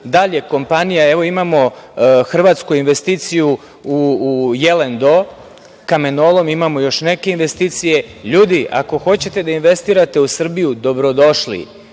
li je kompanija… Evo imamo hrvatsku investiciju u Jelen Do, kamenolom, imamo još neke investicija. Ljudi, ako hoćete da investirate u Srbiju, dobrodošli.